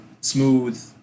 smooth